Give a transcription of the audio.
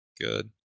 Good